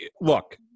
look